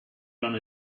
done